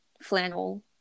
flannel